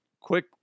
quick